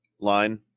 line